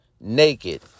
naked